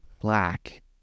black